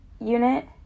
unit